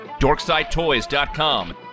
DorksideToys.com